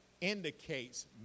indicates